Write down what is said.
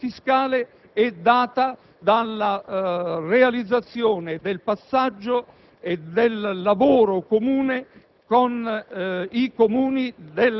nella lotta all'evasione fiscale è data dalla realizzazione del passaggio e del lavoro comune